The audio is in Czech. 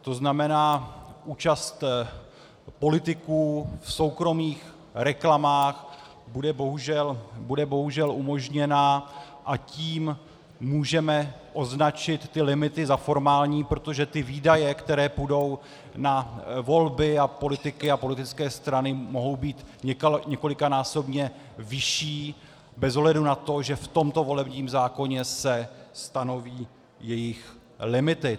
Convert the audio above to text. To znamená, účast politiků v soukromých reklamách bude bohužel umožněna, a tím můžeme označit ty limity za formální, protože výdaje, které půjdou na volby, politiky a politické strany, mohou být několikanásobně vyšší bez ohledu na to, že v tomto volebním zákoně se stanoví jejich limity.